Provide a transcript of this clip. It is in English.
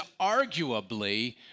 arguably